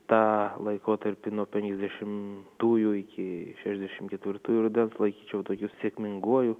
tą laikotarpį nuo penkiasdešimtųjų iki šešiasdešimt ketvirtųjų rudens laikyčiau tokiu sėkminguoju